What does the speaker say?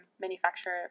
manufacturer